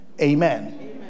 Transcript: Amen